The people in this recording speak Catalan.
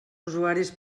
usuaris